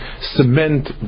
cement